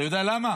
אתה יודע למה?